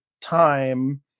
time